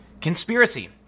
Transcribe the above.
conspiracy